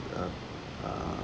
uh ah